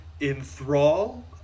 enthrall